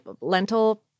lentil